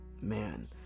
man